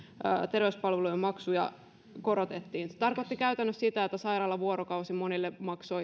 terveyspalvelujen maksuja korotettiin se tarkoitti käytännössä sitä että sairaalavuorokausi maksoi monille